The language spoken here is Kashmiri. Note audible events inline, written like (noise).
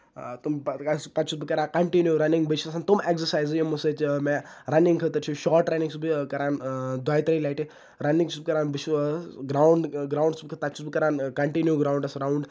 تُم پَتہٕ (unintelligible) پتہٕ چھُس بہٕ کران کَنٹِنیو رَنِگ بیٚیہِ چھُس آسان تِم ایٚگزرسایزٕ یِمو سۭتۍ مےٚ رَنِگ خٲطر چھُ شاٹ رَنِگ چھُس بہٕ کران دۄیہِ ترٛیہِ لَٹہِ رَنِگ چھُس بہٕ کران بہٕ چھُس گروُنڈ گروُنڈ چھُس بہٕ تتہِ چھُ بہٕ کران کَنٹِنیو گارونڈس رَوُنڈ